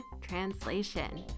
translation